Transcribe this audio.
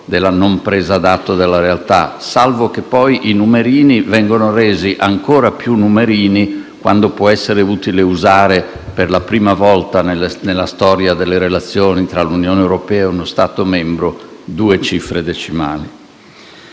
della non presa d'atto della realtà, salvo che poi i numerini vengono resi ancora più numerini quando può essere utile usare, per la prima volta nella storia delle relazioni tra l'Unione europea e uno Stato membro, due cifre decimali.